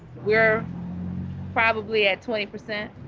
we're probably at twenty percent,